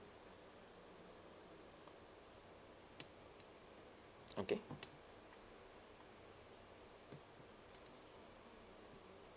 okay